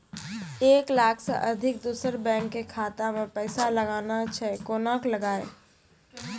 एक लाख से अधिक दोसर बैंक के खाता मे पैसा लगाना छै कोना के लगाए?